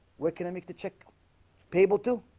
where can i make the check payable to